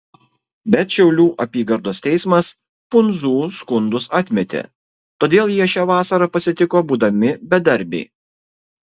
bet šiaulių apygardos teismas pundzų skundus atmetė todėl jie šią vasarą pasitiko būdami bedarbiai